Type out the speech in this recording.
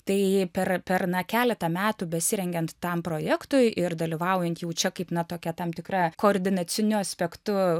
tai per per na keletą metų besirengiant tam projektui ir dalyvaujant jau čia kaip na tokia tam tikra koordinaciniu aspektu